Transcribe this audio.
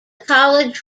college